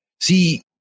See